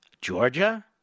Georgia